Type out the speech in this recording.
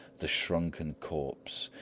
the shrunken corpse.